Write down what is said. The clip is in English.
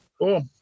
cool